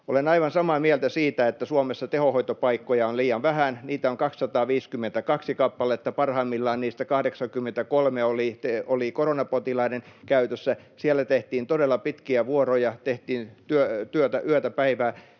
Olen aivan samaa mieltä siitä, että Suomessa tehohoitopaikkoja on liian vähän. Niitä on 252 kappaletta, ja parhaimmillaan niistä 83 oli koronapotilaiden käytössä. Siellä tehtiin todella pitkiä vuoroja, tehtiin työtä yötä päivää.